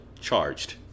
Charged